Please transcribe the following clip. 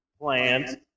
plant